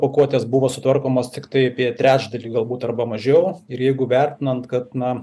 pakuotės buvo sutvarkomos tiktai apie trečdalį galbūt arba mažiau ir jeigu vertinant kad na